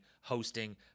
hosting